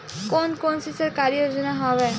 कोन कोन से सरकारी योजना हवय?